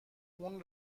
اون